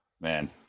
Man